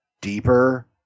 deeper